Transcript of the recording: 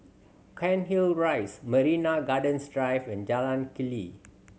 Cairnhill Rise Marina Gardens Drive and Jalan Keli